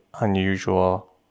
unusual